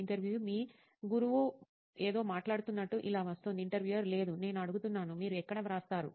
ఇంటర్వ్యూఈ మీ గురువు ఏదో మాట్లాడుతున్నట్టు ఇలా వస్తోందిఇంటర్వ్యూయర్ లేదు నేను అడుగుతున్నాను మీరు ఎక్కడ వ్రాస్తారు